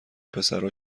پسرها